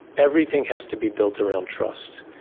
everything has to be built around trust.